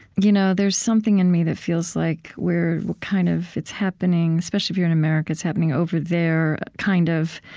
you know there's something in me that feels like we're kind of it's happening happening especially if you're in america, it's happening over there, kind of.